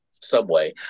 subway